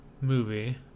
movie